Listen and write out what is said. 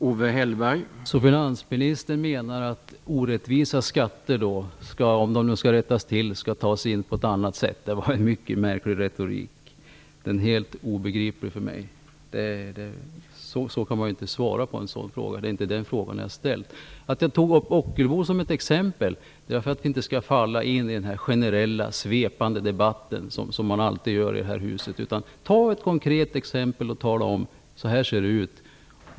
Herr talman! Så finansministern menar att om man skall rätta till orättvisa skatter så skall man ta in dem på annat sätt. Det var en mycket märklig retorik, helt obegriplig för mig. Så kan man inte svara på en sådan fråga. Det är inte den frågan jag har ställt. Att jag tog upp Ockelbo som ett exempel beror på att jag inte vill att vi skall falla in i den här generella, svepande debatten som man alltid hamnar i i det här huset. Ta ett konkret exempel och tala om hur det ser ut.